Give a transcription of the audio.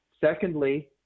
Secondly